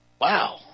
wow